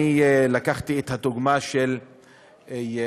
אני לקחתי את הדוגמה של ירושלים,